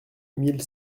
mille